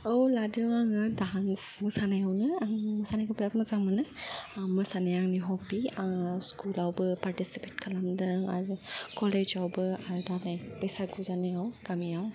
औ लादों आंङो डान्स मोसानायावनो आं मोसानायखौ बेराद मोजां मोनो मोसानाया आंनि ह'बि स्कुलावबो पार्टिसिपेट खालामदों आरो कलेजावबो आरो दा नै बैसागु जानायाव गामियाव